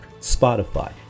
Spotify